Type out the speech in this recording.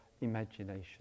imagination